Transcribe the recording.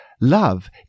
Love